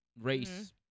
race